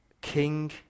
King